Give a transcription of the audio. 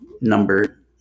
number